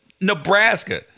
Nebraska